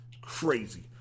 crazy